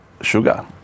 Sugar